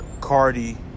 Cardi